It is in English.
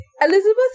Elizabeth